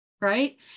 Right